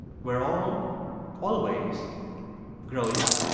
we're all always growing up